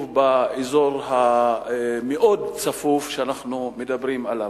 באזור המאוד צפוף שאנחנו מדברים עליו.